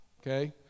okay